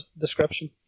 description